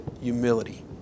humility